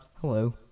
hello